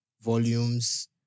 volumes